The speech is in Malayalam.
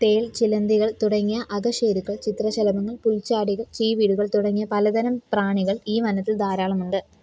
തേൾ ചിലന്തികൾ തുടങ്ങിയ അകശേരുക്കൾ ചിത്രശലഭങ്ങൾ പുൽച്ചാടികൾ ചീവീടുകൾ തുടങ്ങിയ പലതരം പ്രാണികൾ ഈ വനത്തിൽ ധാരാളമുണ്ട്